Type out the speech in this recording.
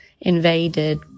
invaded